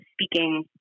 speaking